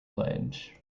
ledge